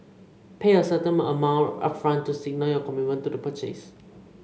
pay a certain amount upfront to signal your commitment to the purchase